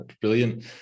brilliant